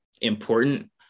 important